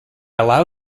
allow